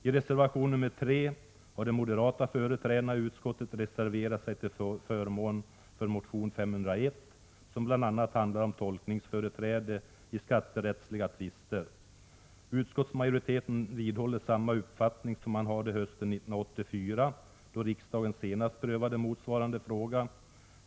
I reservation nr 3 har de moderata företrädarna i utskottet reserverat sig till förmån för motion 501, som bl.a. handlar om tolkningsföreträde i skatterättsliga tvister. Utskottsmajoriteten vidhåller samma uppfattning som man hade hösten 1984, då riksdagen senast prövade motsvarande fråga.